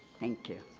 thank you.